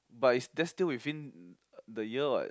but it's that's still within the year what